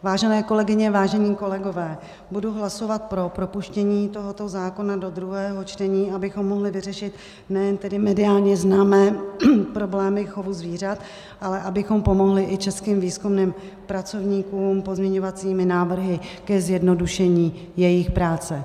Vážené kolegyně, vážení kolegové, budu hlasovat pro propuštění tohoto zákona do druhého čtení, abychom mohli vyřešit nejen tedy mediálně známé problémy chovu zvířat, ale abychom pomohli i českým výzkumným pracovníkům pozměňovacími návrhy ke zjednodušení jejich práce.